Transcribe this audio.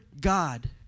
God